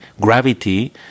gravity